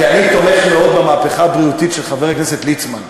אני תומך מאוד במהפכה הבריאותית של חבר הכנסת ליצמן,